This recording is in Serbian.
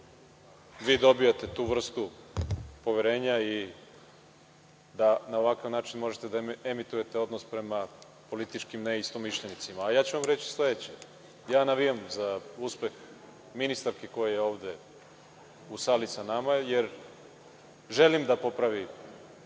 vi dobijate tu vrstu poverenja i da na ovakav način možete da emitujete odnos prema političkim neistomišljenicima. Ja ću vam reći sledeće – ja navijam za uspeh ministarke koja je ovde u sali sa nama jer želim da popravi